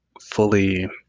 fully